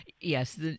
Yes